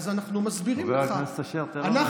חבר הכנסת אשר, תן לו להשלים.